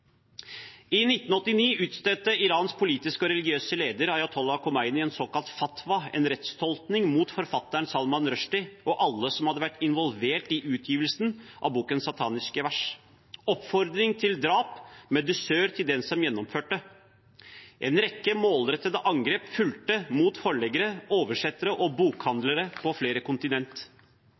I 1989 utstedte Irans politiske og religiøse leder, Ayatollah Khomeini, en såkalt «fatwa», en rettstolkning, mot forfatteren Salman Rushdie og alle som hadde vært involvert i utgivelsen av boken Sataniske vers. Oppfordring til drap, med dusør til den som gjennomførte – en rekke målrettede angrep fulgte mot forleggere, oversettere og bokhandlere på flere kontinent.